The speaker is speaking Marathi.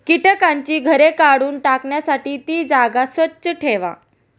कीटकांची घरे काढून टाकण्यासाठी ती जागा स्वच्छ ठेवा